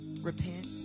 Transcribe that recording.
repent